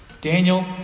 Daniel